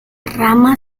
rama